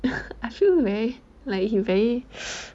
I feel meh like he very